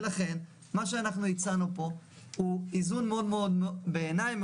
ולכן מה שאנחנו הצענו פה הוא איזון מאוד ראוי בעיני.